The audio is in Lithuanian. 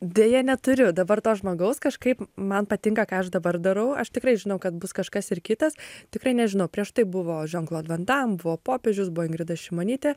deja neturiu dabar to žmogaus kažkaip man patinka ką aš dabar darau aš tikrai žinau kad bus kažkas ir kitas tikrai nežinau prieš tai buvo žan klod va dam buvo popiežius buvo ingrida šimonytė